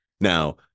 now